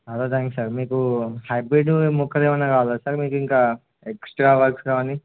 అదోథం sir మీకు hybrid ముొక్కలు ఏమన్నానా కావాలా సార్ మీకు ఇంకా ఎక్స్ట్రా వర్క్స్ కాగాని